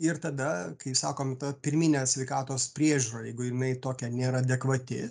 ir tada kai sakom ta pirminė sveikatos priežiūra jeigu jinai tokia nėra adekvati